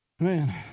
Man